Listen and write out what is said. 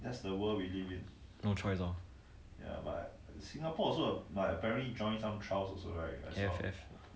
!huh! then that like capitalism again no choice lor